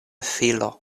filo